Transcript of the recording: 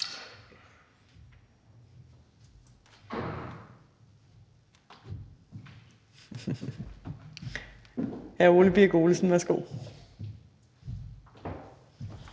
Hr. Ole Birk Olesen, værsgo.